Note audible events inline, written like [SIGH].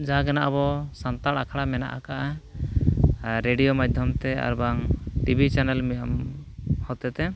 ᱡᱟᱦᱟᱸ ᱜᱮ ᱦᱟᱸᱜ ᱟᱵᱚ ᱥᱟᱱᱛᱟᱲ ᱟᱠᱷᱲᱟ ᱢᱮᱱᱟᱜ ᱠᱟᱜᱼᱟ ᱨᱮᱰᱤᱭᱳ ᱢᱟᱫᱽᱫᱷᱚᱢ ᱛᱮ ᱟᱨ ᱵᱟᱝ ᱴᱤᱵᱷᱤ ᱪᱮᱱᱮᱞ [UNINTELLIGIBLE] ᱦᱚᱛᱮᱡ ᱛᱮ